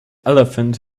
elephant